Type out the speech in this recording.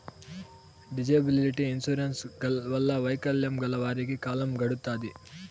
disability insurance వల్ల వైకల్యం గల వారికి కాలం గడుత్తాది